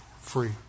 free